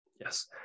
Yes